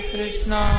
Krishna